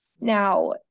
Now